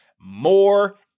more